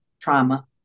trauma